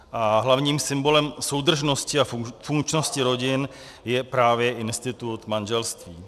A hlavním symbolem soudržnosti a funkčnosti rodin je právě institut manželství.